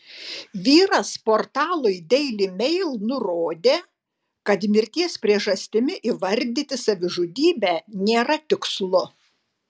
vyras portalui daily mail nurodė kad mirties priežastimi įvardyti savižudybę nėra tikslu